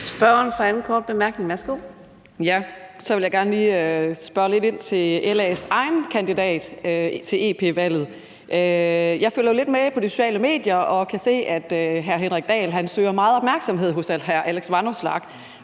Betina Kastbjerg (DD): Så vil jeg gerne lige spørge lidt ind til LA's egen kandidat til europaparlamentsvalget. Jeg følger jo lidt med på de sociale medier og kan se, at hr. Henrik Dahl søger meget opmærksomhed hos hr. Alex Vanopslagh,